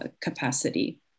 capacity